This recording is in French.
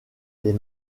les